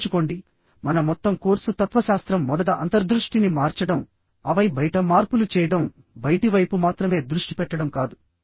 గుర్తుంచుకోండి మన మొత్తం కోర్సు తత్వశాస్త్రం మొదట అంతర్దృష్టిని మార్చడం ఆపై బయట మార్పులు చేయడం బయటి వైపు మాత్రమే దృష్టి పెట్టడం కాదు